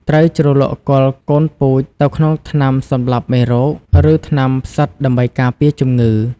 ត្រូវជ្រលក់គល់កូនពូជទៅក្នុងថ្នាំសម្លាប់មេរោគ ឬថ្នាំផ្សិតដើម្បីការពារជំងឺ។